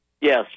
Yes